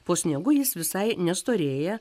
po sniegu jis visai nestorėja